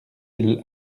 elle